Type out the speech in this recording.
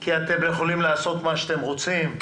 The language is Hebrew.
כי אתם יכולים לעשות מה שאתם רוצים?